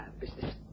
business